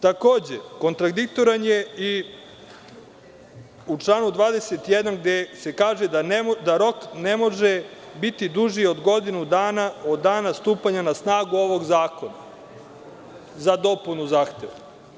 Takođe, kontradiktoran je i u članu 21. gde se kaže da rok ne može biti duži od godinu dana od dana stupanja na snagu ovog zakona za dopunu zahteva.